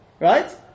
Right